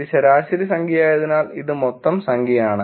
ഇത് ശരാശരി സംഖ്യയായതിനാൽ ഇത് മൊത്തം സംഖ്യയാണ്